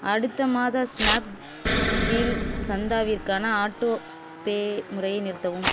அடுத்த மாத ஸ்னாப்டீல் சந்தாவிற்கான ஆட்டோபே முறையை நிறுத்தவும்